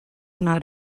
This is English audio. not